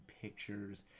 pictures